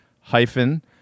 hyphen